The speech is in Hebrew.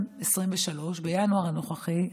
בינואר הנוכחי,